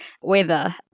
weather